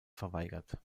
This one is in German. verweigert